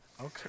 Okay